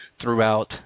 throughout